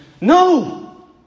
No